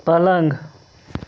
پلنٛگ